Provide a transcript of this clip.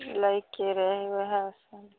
लैके रहै वएहसब